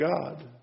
God